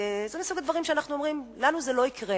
זה מסוג הדברים שאנחנו אומרים: לנו זה לא יקרה,